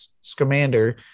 Scamander